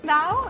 Now